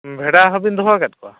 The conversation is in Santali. ᱵᱷᱮᱰᱟ ᱦᱚᱸᱵᱤᱱ ᱫᱚᱦᱚ ᱟᱠᱟᱫ ᱠᱚᱣᱟ